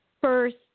first